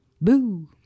Boo